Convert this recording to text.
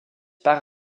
pars